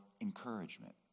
encouragement